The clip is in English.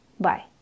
Bye